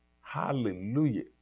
Hallelujah